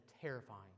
terrifying